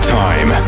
time